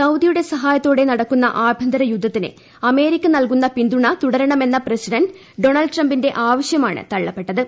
സൌദിയുടെ സഹായത്തോടെ നടക്കുന്ന ആഭ്യന്തര യുദ്ധത്തിന് അമേരിക്ക നൽകുന്ന പിന്തുണ തുടരണമെന്ന പ്രസിഡന്റ് ഡൊണാൾഡ് ട്രംപിന്റെ ആവശ്യമാണ് തള്ളപ്പെട്ടത്